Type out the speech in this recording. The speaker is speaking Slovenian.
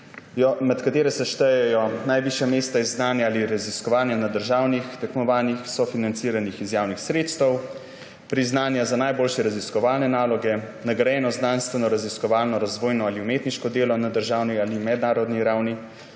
med katere se štejejo najvišja mesta iz znanja ali raziskovanja na državnih tekmovanjih, sofinanciranih iz javnih sredstev, priznanja za najboljše raziskovalne naloge, nagrajeno znanstvenoraziskovalno, razvojno ali umetniško delo na državni ali mednarodni ravni